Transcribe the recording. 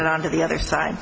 it on to the other side